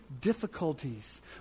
difficulties